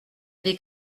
des